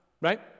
right